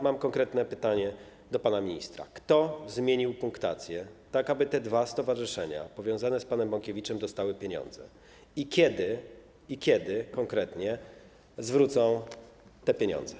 Mam konkretne pytanie do pana ministra: Kto zmienił punktację, tak aby te dwa stowarzyszenia powiązane z panem Bąkiewiczem dostały pieniądze, i kiedy konkretnie zwrócą te pieniądze?